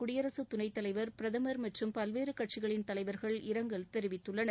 குடியரசுத் துணைத் தலைவர் பிரதமர் மற்றும் பல்வேறு கட்சிகளின் தலைவர்கள் இரங்கல் தெரிவித்துள்ளனர்